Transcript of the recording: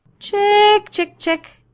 chick, chick, chick!